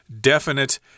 definite